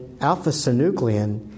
alpha-synuclein